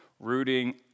Rooting